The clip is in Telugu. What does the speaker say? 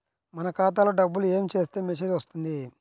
మన ఖాతాలో డబ్బులు ఏమి చేస్తే మెసేజ్ వస్తుంది?